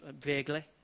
vaguely